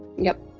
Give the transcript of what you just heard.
yep.